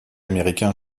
américain